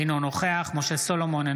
אינו נוכח משה סולומון,